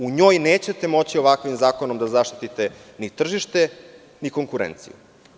U njoj nećete moći ovakvim zakonom da zaštitite ni tržište ni konkurente.